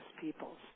peoples